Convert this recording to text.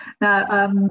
Now